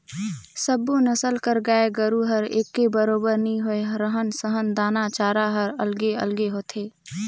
सब्बो नसल कर गाय गोरु हर एके बरोबर नी होय, रहन सहन, दाना चारा हर अलगे अलगे होथे